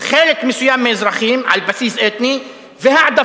חלק מסוים מהאזרחים על בסיס אתני והעדפת